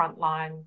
frontline